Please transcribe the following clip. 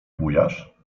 bujasz